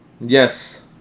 Yes